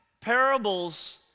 Parables